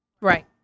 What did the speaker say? Right